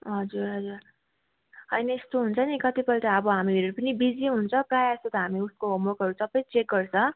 हजुर हजुर होइन यस्तो हुन्छ कतिपल्ट हामीहरू पनि बिजी हुन्छ प्रायः जस्तो त हामी उसको होमवर्कहरू सबै चेक गर्छ